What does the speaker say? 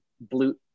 blue